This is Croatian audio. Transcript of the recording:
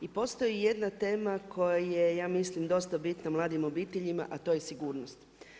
I postoji jedna tema koja je ja mislim dosta bitna mladim obiteljima a to je sigurnost.